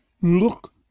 Look